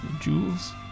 Jewels